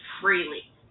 freely